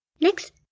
Next